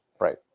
Right